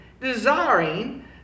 desiring